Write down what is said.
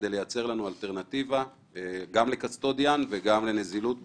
זאת כדי לייצר לנו אלטרנטיבה גם לקסטודיאן וגם לנזילות בחו"ל.